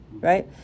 Right